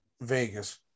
Vegas